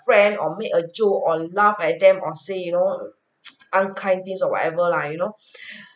friend or make a joke or laugh at them or say you know unkind things or whatever lah you know